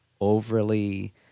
overly